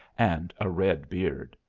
and a red beard.